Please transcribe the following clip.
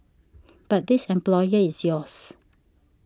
but this employer is yours